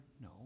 No